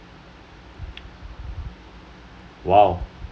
!wow!